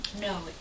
No